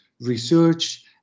research